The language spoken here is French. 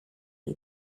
est